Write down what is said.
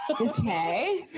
Okay